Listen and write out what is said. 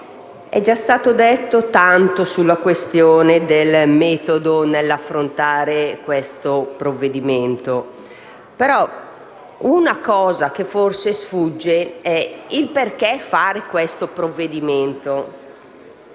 è già stato detto tanto sulla questione del metodo nell'affrontare questo provvedimento, ma una cosa che forse sfugge è la ragione per la quale fare questo provvedimento.